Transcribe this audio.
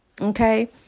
Okay